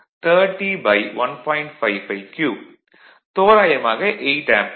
553 தோராயமாக 8 ஆம்பியர்